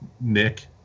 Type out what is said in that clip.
Nick